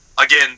again